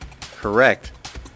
correct